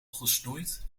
gesnoeid